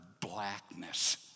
blackness